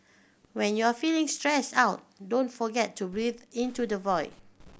when you are feeling stressed out don't forget to breathe into the void